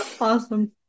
Awesome